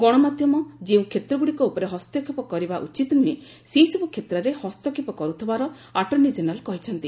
ଗଣମାଧ୍ୟମ ଯେଉଁ କ୍ଷେତ୍ରଗୁଡ଼ିକ ଉପରେ ହସ୍ତକ୍ଷେପ କରିବା ଉଚିତ ନୁହେଁ ସେ ସବୁ କ୍ଷେତ୍ରରେ ହସ୍ତକ୍ଷେପ କର୍ଥିବାର ଅଟର୍ଣ୍ଣି ଜେନେରାଲ୍ କହିଛନ୍ତି